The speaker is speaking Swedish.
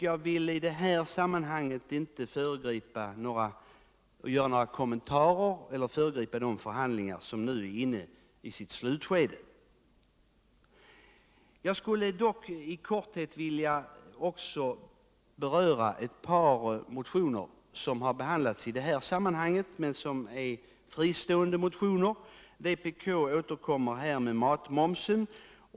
Jag vill emellertid inte nu göra några kommentarer eller föregripa pågående förhandlingar, eftersom de är inne i slutskedet. Jag skulle dock i korthet vilja beröra ett par fristående motioner, som behandlats i detta sammanhang. Vpk återkommer där med sitt krav på slopande av moms på maten.